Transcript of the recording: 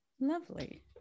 Lovely